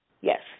Yes